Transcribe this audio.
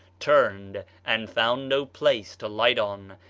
turned, and found no place to light on,